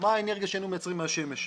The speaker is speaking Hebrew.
מה האנרגיה שהיינו מייצרים מהשמש.